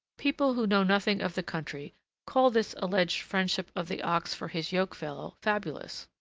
people who know nothing of the country call this alleged friendship of the ox for his yoke-fellow fabulous.